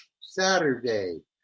Saturday